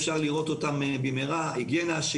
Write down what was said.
אפשר אותם לראות אותם במהירות: היגיינה,